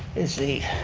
is the,